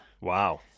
Wow